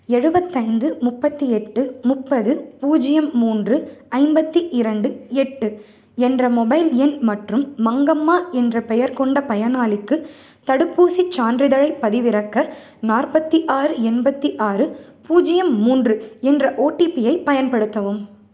எழுபத்தைந்து முப்பத்தி எட்டு முப்பது பூஜ்யம் மூன்று ஐம்பத்தி இரண்டு எட்டு என்ற மொபைல் எண் மற்றும் மங்கம்மா என்ற பெயர் கொண்ட பயனாளிக்கு தடுப்பூசிச் சான்றிதழைப் பதிவிறக்க நாற்பத்தி ஆறு எண்பத்தி ஆறு பூஜியம் மூன்று என்ற ஓடிபியை பயன்படுத்தவும்